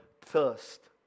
thirst